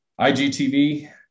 IGTV